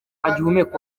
agihumeka